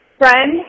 friend